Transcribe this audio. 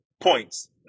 points